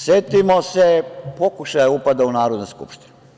Setimo se pokušaja upada u Narodnu skupštinu.